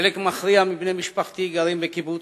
חלק מכריע מבני משפחתי גרים בקיבוץ,